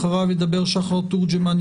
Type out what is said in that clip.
אחריו ידבר שחר תורג'מן,